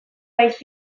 haiz